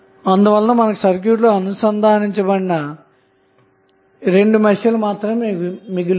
అందువలన మనకుసర్క్యూట్ లో అనుసంధానించబడిన మెష్లు రెండు మాత్రమే మిగిలి ఉంటాయి